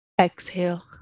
Exhale